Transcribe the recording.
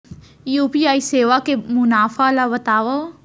UPI सेवा के मुनाफा ल बतावव?